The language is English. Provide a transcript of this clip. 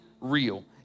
real